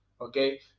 okay